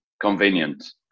convenient